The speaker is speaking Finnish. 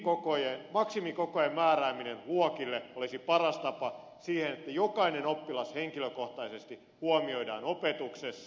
heinonen maksimikokojen määrääminen luokille olisi paras tapa siihen että jokainen oppilas henkilökohtaisesti huomioidaan opetuksessa